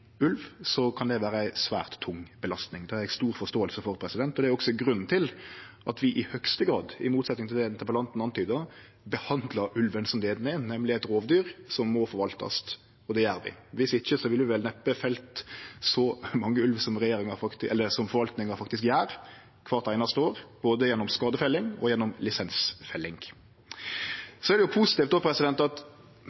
kan det vere ei svært tung belastning. Det har eg stor forståing for, og det er også grunnen til at vi i høgste grad, i motsetning til det interpellanten antydar, behandlar ulven som det han er, nemleg eit rovdyr som må forvaltast. Og det gjer vi. Viss ikkje ville vi vel neppe felt så mange ulv som forvaltinga faktisk gjer kvart einaste år, både gjennom skadefelling og gjennom lisensfelling.